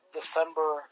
December